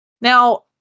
Now